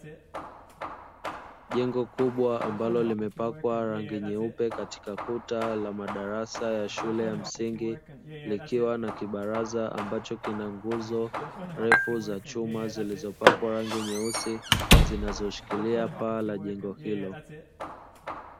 Jengo kubwa ambalo limepakwa rangi nyeupe katika kuta la madarasa ya shule ya msingi, likiwa na kibaraza ambacho kina nguzo refu za chuma zilizopakwa rangi nyeusi zinazoshiklia paa la jengo hilo.